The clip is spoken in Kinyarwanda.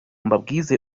mbabwize